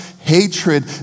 hatred